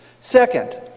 Second